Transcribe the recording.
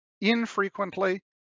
infrequently